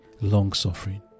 Long-suffering